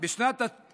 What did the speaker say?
מדווחת בשנת 2019